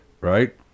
right